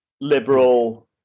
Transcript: liberal